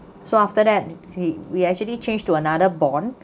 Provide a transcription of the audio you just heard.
so after that w~ we actually change to another bond